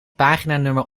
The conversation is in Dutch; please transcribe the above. paginanummer